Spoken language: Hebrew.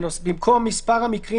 במקום מספר המקרים